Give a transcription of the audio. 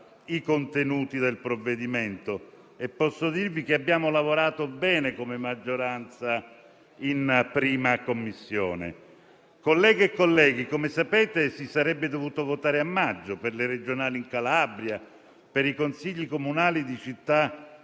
i contenuti del provvedimento, e posso dirvi che abbiamo lavorato bene come maggioranza in 1a Commissione. Colleghe e colleghi - come sapete - si sarebbe dovuto votare a maggio per le regionali in Calabria, per i Consigli comunali di città